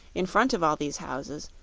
in front of all these houses,